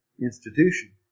institution